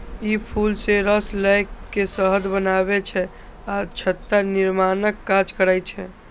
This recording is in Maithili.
ई फूल सं रस लए के शहद बनबै छै आ छत्ता निर्माणक काज करै छै